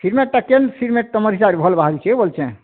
cement କେନ୍ cement ତୁମ ହିସାବରେ କେନ୍ ସିମେଣ୍ଟ ଭଲ୍ ବାହାରୁଛେ ବୋଲ୍ଛେଁ